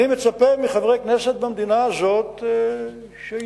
אני מצפה מחברי כנסת במדינה הזאת שידאגו,